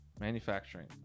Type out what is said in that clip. manufacturing